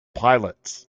pilots